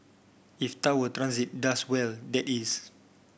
if Tower Transit does well that is